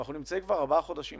ואנחנו נמצאים כבר ארבעה חודשים